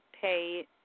pay